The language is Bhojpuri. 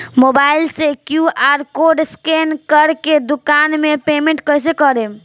मोबाइल से क्यू.आर कोड स्कैन कर के दुकान मे पेमेंट कईसे करेम?